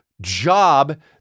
job